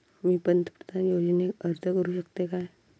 मी पंतप्रधान योजनेक अर्ज करू शकतय काय?